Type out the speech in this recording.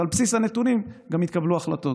ועל בסיס הנתונים גם יתקבלו החלטות,